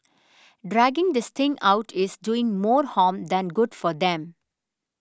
dragging this thing out is doing more harm than good for them